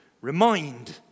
remind